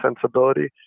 sensibility